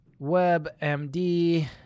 WebMD